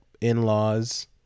in-laws